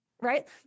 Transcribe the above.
Right